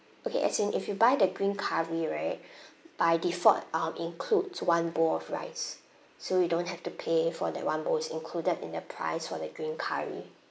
okay as in if you buy the green curry right by default um includes one bowl of rice so you don't have to pay for that one bowl it's included in the price for the green curry